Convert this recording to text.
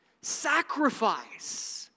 sacrifice